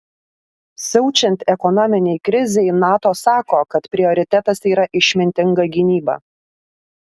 siaučiant ekonominei krizei nato sako kad prioritetas yra išmintinga gynyba